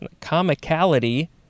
comicality